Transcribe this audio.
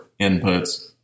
inputs